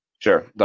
Sure